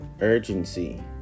urgency